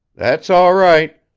that's all right.